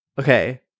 Okay